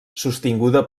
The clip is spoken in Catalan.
sostinguda